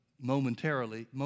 momentarily